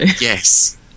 Yes